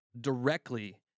directly